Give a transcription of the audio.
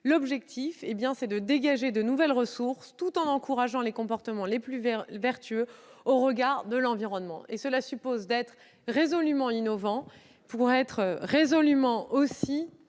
L'objectif est de dégager de nouvelles ressources tout en encourageant les comportements les plus vertueux, au regard de l'environnement. Cela suppose d'être résolument innovant, pour être tout à fait